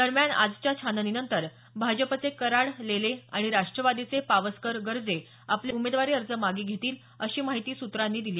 दरम्यान आजच्या छाननीनंतर भाजपचे कराड लेले आणि राष्ट्रवादीचे पावसकर गर्जे आपले उमेदवारी अर्ज मागे घेतील अशी माहिती सूत्रांनी दिली